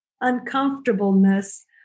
uncomfortableness